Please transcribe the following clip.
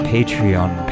Patreon